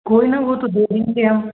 कोई ना वो तो दे देंगे हम